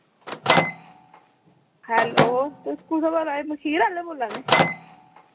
hello कुत्थें बोल्ला ने मखीर आह्ले बोल्ला ने